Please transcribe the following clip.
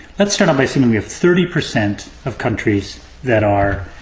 let's start off by assuming we have thirty percent of countries that are